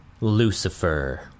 Lucifer